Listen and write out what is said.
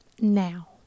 now